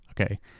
Okay